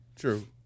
True